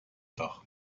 dach